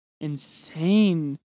insane